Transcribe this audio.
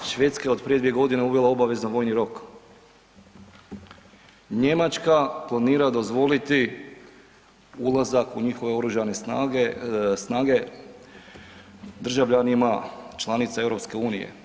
Švedska je od prije dvije godine uvela obavezan vojni rok, Njemačka planira dozvoliti ulazak u njihove oružane snage državljanima članica EU.